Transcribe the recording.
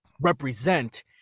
represent